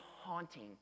haunting